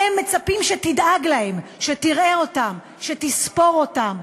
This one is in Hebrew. הם מצפים שתדאג להם, שתראה אותם, שתספור אותם.